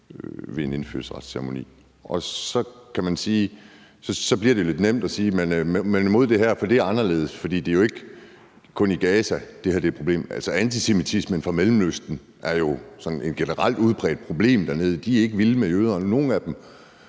ved en indfødsretsceremoni, og så bliver det lidt nemt at sige, at man er imod det her, fordi det er anderledes, for det er jo ikke kun i Gaza, det her er et problem. Altså, antisemitismen er jo sådan generelt udbredt problem i Mellemøsten. De er ikke vilde med jøderne, og rigtig